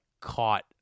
caught